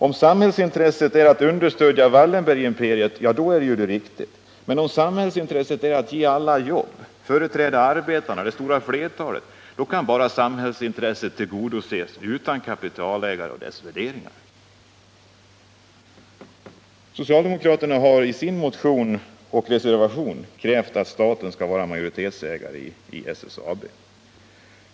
Om samhällsintresset är att understödja Wallenbergimperiet är det riktigt. Men om samhällsintresset är att ge alla jobb, företräda arbetarna, det stora flertalet, då kan samhällsintresset bara tillgodoses utan kapitalägare och deras värderingar. Socialdemokraterna har i sin motion och reservation krävt att staten skall vara majoritetsägare i SSAB.